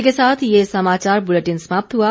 इसी के साथ ये समाचार बुलेटिन समाप्त हुआ